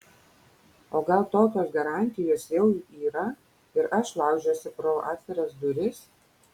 o gal tokios garantijos jau yra ir aš laužiuosi pro atviras duris